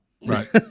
Right